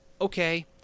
okay